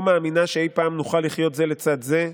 מאמינה שאי פעם נוכל לחיות זה לצד זה,